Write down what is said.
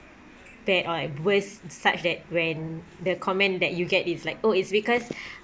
pa~ oh worse such that when the comment that you get is like oh it's because